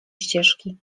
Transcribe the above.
ścieżki